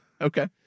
okay